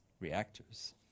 reactors